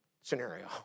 scenario